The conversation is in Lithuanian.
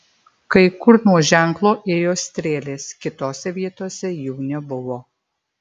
kai kur nuo ženklo ėjo strėlės kitose vietose jų nebuvo